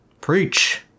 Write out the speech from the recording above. Preach